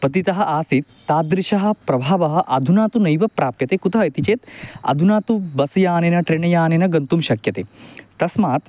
पतितः आसीत् तादृशः प्रभावः अधुना तु नैव प्राप्यते कुतः इति चेत् अधुना तु बस्यानेन ट्रेन्यानेन गन्तुं शक्यते तस्मात्